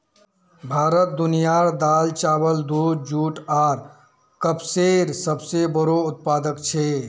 भारत दुनियार दाल, चावल, दूध, जुट आर कपसेर सबसे बोड़ो उत्पादक छे